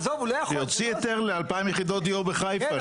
שיוציא היתר ל-2,000 יחידות דיור בחיפה שתקועים.